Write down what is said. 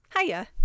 Hiya